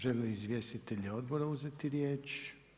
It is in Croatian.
Žele li izvjestitelji odbora uzeti riječ?